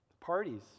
parties